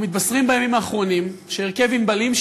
אנחנו מתבשרים בימים האחרונים שהרכב "ענבלים"